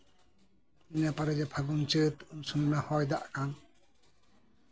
ᱱᱤᱭᱟᱹ ᱯᱚᱨᱮᱜᱮ ᱯᱷᱟᱹᱜᱩᱱ ᱪᱟᱹᱛ ᱩᱱ ᱥᱩᱢᱟᱹᱭ ᱢᱟ ᱦᱚᱭᱼᱫᱟᱜ ᱠᱟᱱ